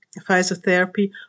physiotherapy